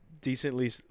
decently